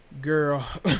Girl